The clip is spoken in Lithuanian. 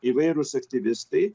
įvairūs aktyvistai